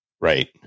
Right